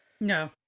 no